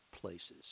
places